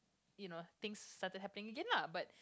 you know thing started happen again lah but